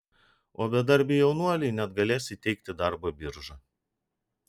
o bedarbiui jaunuoliui net galės įteikti darbo birža